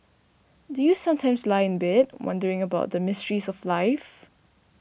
do you sometimes lie in bed wondering about the mysteries of life